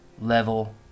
level